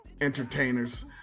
entertainers